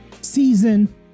season